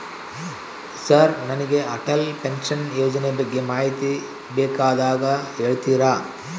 Sir ನನಗೆ Atal pension ಯೋಜನೆ ಬಗ್ಗೆ ಮಾಹಿತಿ ಬೇಕಾಗ್ಯದ ಹೇಳ್ತೇರಾ?